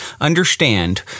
understand